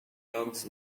dogs